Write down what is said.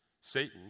Satan